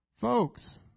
folks